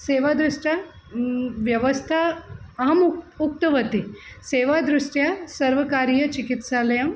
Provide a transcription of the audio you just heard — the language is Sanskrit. सेवादृष्ट्या व्यवस्था अहम् उक् उक्तवती सेवादृष्ट्या सर्वकारीयचिकित्सालयं